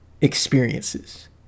Experiences